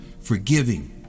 forgiving